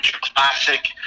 Classic